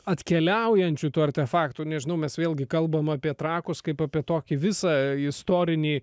atkeliaujančių tų artefaktų nežinau mes vėlgi kalbam apie trakus kaip apie tokį visą istorinį